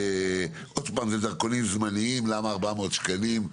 אלה דרכונים זמניים, למה 400 שקלים?